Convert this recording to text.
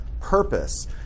purpose